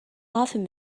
often